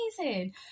amazing